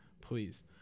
please